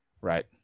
Right